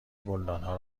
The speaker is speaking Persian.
گلدانها